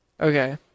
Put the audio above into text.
Okay